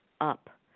up